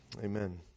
amen